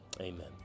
Amen